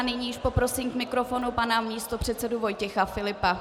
Nyní již poprosím k mikrofonu pana místopředsedu Vojtěcha Filipa.